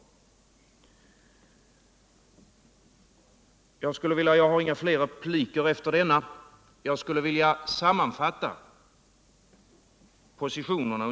Eftersom jag inte har någon repliktid kvar efter denna skulle jag nu vilja sammanfatta positionerna.